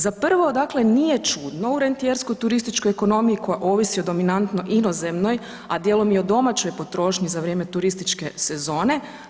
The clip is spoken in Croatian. Za prvo, dakle nije čudno u rentijerskoj turističkoj ekonomiji koja ovisi o dominantno inozemnoj, a dijelom i o domaćoj potrošnji za vrijeme turističke sezone.